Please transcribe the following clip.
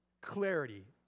Clarity